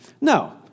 No